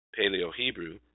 Paleo-Hebrew